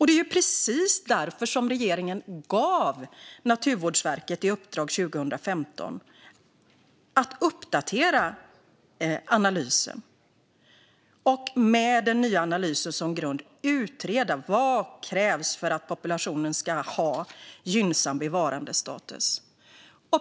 Det var precis därför regeringen gav Naturvårdsverket i uppdrag 2015 att uppdatera analysen och att med den nya analysen som grund utreda vad som krävs för att populationen ska ha gynnsam bevarandestatus.